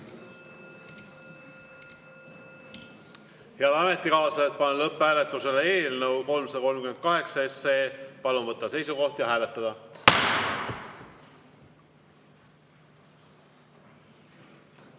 Head ametikaaslased, panen lõpphääletusele eelnõu 338. Palun võtta seisukoht ja hääletada!